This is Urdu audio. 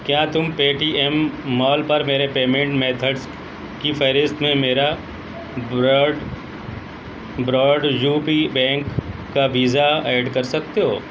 کیا تم پے ٹی ایم مال پر میرے پیمینٹ میتھڈز کی فہرست میں میرا Baroda Baroda U P bank کا ویزا ایڈ کر سکتے ہو